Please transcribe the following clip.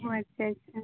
ᱚᱸᱻ ᱟᱪᱪᱷᱟ ᱟᱪᱪᱷᱟ